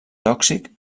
tòxic